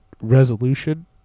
resolution